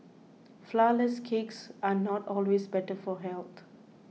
Flourless Cakes are not always better for health